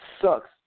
sucks